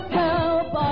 help